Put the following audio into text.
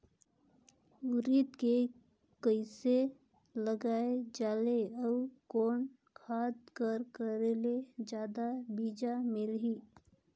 उरीद के कइसे लगाय जाले अउ कोन खाद कर करेले जादा बीजा मिलही?